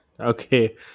Okay